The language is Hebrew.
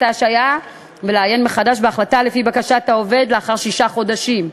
ההשעיה ולעיין מחדש בהחלטה לפי בקשת העובד לאחר שישה חודשים.